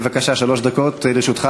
בבקשה, שלוש דקות לרשותך.